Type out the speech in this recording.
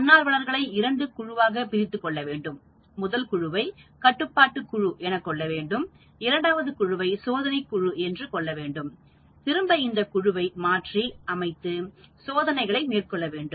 தன்னார்வலர்களை இரண்டு குழுவாகப்பிரித்து கொள்ள வேண்டும் முதல் குழுவை கட்டுப்பாட்டு குழு எனக் கொள்ள வேண்டும் இரண்டாவது குழுவை சோதனை குழு என்று கொள்ள வேண்டும் திரும்ப இந்த குழுவை மாற்றி அமைத்து சோதனையை மேற்கொள்ள வேண்டும்